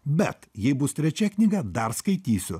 bet jei bus trečia knyga dar skaitysiu